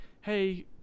hey